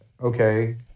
okay